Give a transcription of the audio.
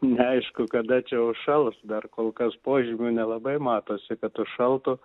neaišku kada čia užšals dar kol kas požymių nelabai matosi kad užšaltų